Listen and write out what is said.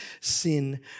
sin